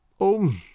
Oh